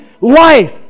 life